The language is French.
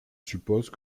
suppose